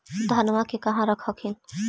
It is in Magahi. धनमा के कहा रख हखिन?